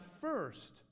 first